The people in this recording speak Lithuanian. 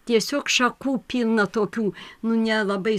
tiesiog šakų pilna tokių nu nelabai